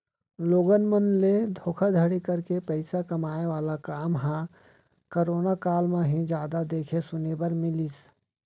लोगन मन ले धोखाघड़ी करके पइसा कमाए वाला काम ह करोना काल म ही जादा देखे सुने बर मिलिस